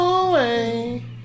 away